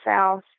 south